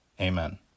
Amen